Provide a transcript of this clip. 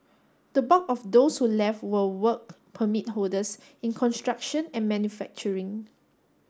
the bulk of those who left were Work Permit holders in construction and manufacturing